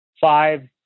five